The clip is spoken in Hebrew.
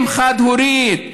אם חד-הורית,